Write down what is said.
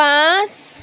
পাঁচ